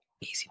easy